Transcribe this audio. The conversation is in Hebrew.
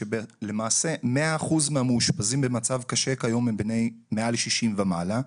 כשלמעשה 100 אחוז מהמאושפזים במצב קשה כיום הם בני 60 ומעלה.